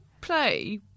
play